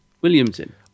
Williamson